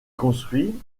construit